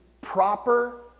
proper